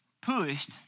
pushed